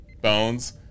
Bones